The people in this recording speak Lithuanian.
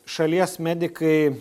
šalies medikai